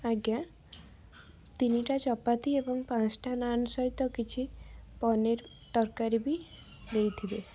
ଆଜ୍ଞା ତିନିଟା ଚପାତି ଏବଂ ପାଞ୍ଚଟା ନାନ୍ ସହିତ କିଛି ପନିର୍ ତରକାରୀ ବି ଦେଇଥିବେ